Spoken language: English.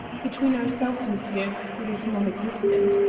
between ourselves, monsieur, it is non-existent.